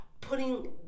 putting